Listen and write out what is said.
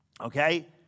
Okay